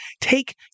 take